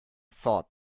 thought